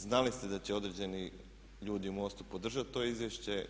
Znali ste da će određeni ljudi u MOST-u podržati to izvješće.